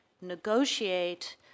negotiate